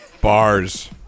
Bars